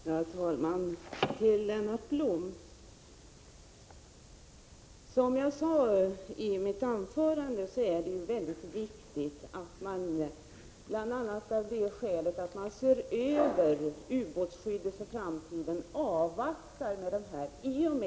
Herr talman! Till Lennart Blom vill jag säga som jag sade i mitt anförande, att det är viktigt att man avvaktar, bl.a. av det skälet att ubåtsskyddet för framtiden nu ses över.